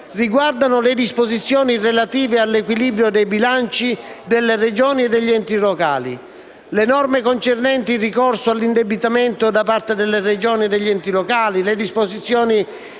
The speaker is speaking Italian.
riguardano le disposizioni relative all'equilibrio dei bilanci delle Regioni e degli enti locali, le norme concernenti il ricorso all'indebitamento da parte delle Regioni e degli enti locali, le disposizioni